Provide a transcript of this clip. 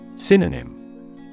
Synonym